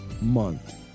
month